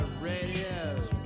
radio